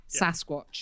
Sasquatch